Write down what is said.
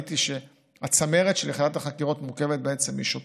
כשראיתי שהצמרת של יחידת החקירות מורכבת משוטרים,